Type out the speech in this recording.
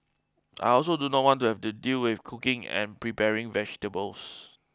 I also do not want to have to deal with cooking and preparing vegetables